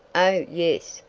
oh, yes,